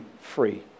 free